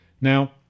Now